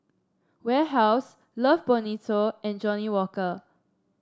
Warehouse Love Bonito and Johnnie Walker